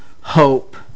hope